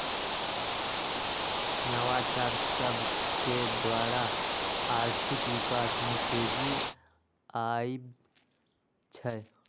नवाचार सभकेद्वारा आर्थिक विकास में तेजी आबइ छै